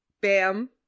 bam